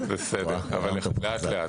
אבל לאט לאט.